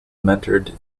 mentored